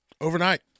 Overnight